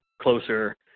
closer